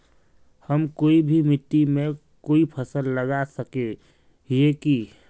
हम कोई भी मिट्टी में कोई फसल लगा सके हिये की?